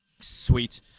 Sweet